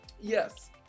Yes